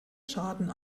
schaden